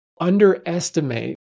underestimate